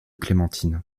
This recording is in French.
clémentine